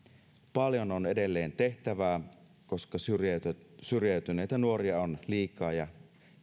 paljon on edelleen tehtävää koska syrjäytyneitä nuoria on liikaa ja